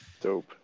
Dope